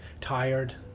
tired